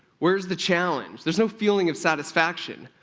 where's the challenge? there's no feeling of satisfaction.